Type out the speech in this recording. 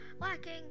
lacking